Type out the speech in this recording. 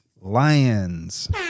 lions